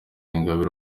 ingabire